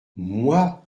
moi